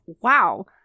wow